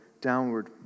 downward